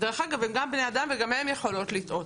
דרך אגב הן גם בני אדם וגם הן יכולות לטעות.